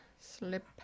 slip